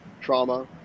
trauma